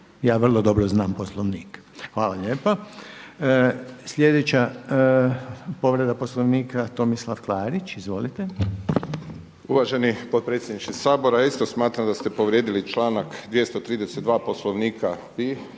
ja vrlo dobro znam Poslovnik. Hvala lijepa. Sljedeća povreda Poslovnika Tomislav Klarić, izvolite. **Klarić, Tomislav (HDZ)** Uvaženi potpredsjedniče Sabora, ja isto smatram da ste povrijedili članak 232. Poslovnika jer